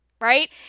Right